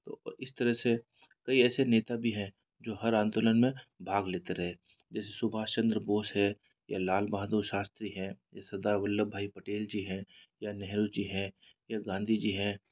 तो इस तरह से कई ऐसे नेता भी है जो हर आंदोलन में भाग लेते रहे जैसे सुभाष चंद्र बोस है यह लाल बहादुर शास्त्री है यह सरदार वल्लभभाई पटेल जी है या नेहरू जी है या गांधी जी है